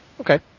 Okay